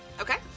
Okay